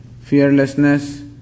fearlessness